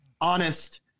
honest